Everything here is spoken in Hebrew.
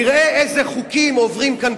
נראה איזה חוקים עוברים כאן,